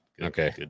okay